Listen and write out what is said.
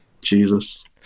Jesus